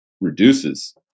reduces